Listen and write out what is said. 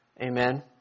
Amen